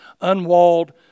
Unwalled